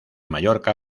mallorca